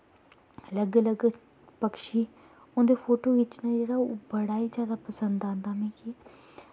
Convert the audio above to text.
अलग अलग पक्षी उं'दे फोटो खिच्चना जेह्ड़ा ओह् बड़ा ई जादा पसंद आंदा मिगी